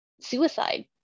suicide